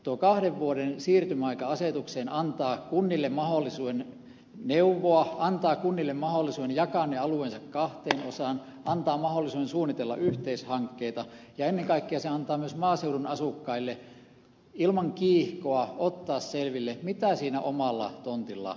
tuo kahden vuoden siirtymäaika asetukseen antaa kunnille mahdollisuuden neuvoa antaa kunnille mahdollisuuden jakaa ne alueensa kahteen osaan antaa mahdollisuuden suunnitella yhteishankkeita ja ennen kaikkea se antaa myös maaseudun asukkaille mahdollisuuden ilman kiihkoa ottaa selville mitä siinä omalla tontilla tarvitaan